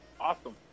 awesome